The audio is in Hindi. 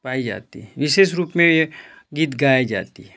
गाया जाता है विशेष रूप में ये गीत गाया जाता है